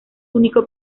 único